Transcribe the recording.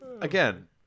again